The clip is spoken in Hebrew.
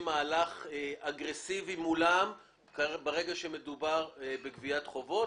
מהלך אגרסיבי מולם כאשר מדובר בגביית חובות,